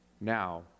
now